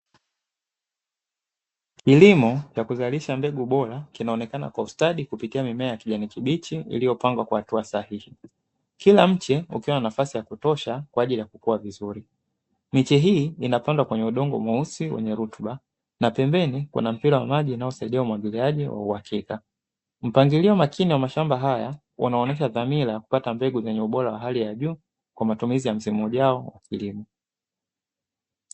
Kilimo cha kuzalisha mbegu bora kinaonekana kwa ustadi kupitia mimea ya kijani kibichi iliyopangwa kwa hatua sahihi kila mche ukiwa na nafasi ya kutosha kwa ajili ya kukua vizuri ni mechi hii inapandwa kwenye udongo mweusi wenye rutuba na pembeni wana mpira wa maji inayosaidia umwagiliaji wa uhakika mpangilio makini wa mashamba haya wanaonyesha dhamira kupata mbegu zenye ubora wa hali ya juu kwa matumizi ya msimu ujao.